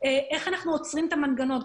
איך אנחנו עוצרים את המנגנון.